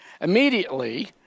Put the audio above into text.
Immediately